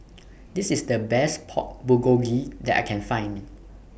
This IS The Best Pork Bulgogi that I Can Find